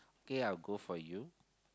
kay I'll go for you